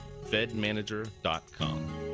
FedManager.com